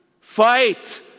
fight